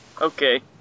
Okay